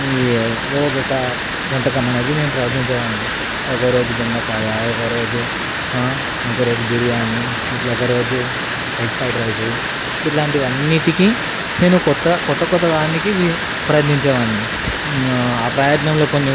ఈ రోజు ఒక వంటకం అనేది నేను ప్రయత్నించే వాడిని ఒకరోజు బెండకాయ ఒకరోజు ఒకరోజు బిరియానీ ఎట్లా ఒక రోజు ఎగ్ ఫ్రైడ్ రైస్ ఇలాంటి అన్నిటికి నేను కొత్తగా కొత్త కొత్త దానికి ఇవి ప్రయత్నించే వాడిని ఆ ప్రయత్నంలో కొన్ని